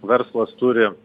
verslas turi